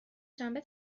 شنبه